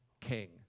king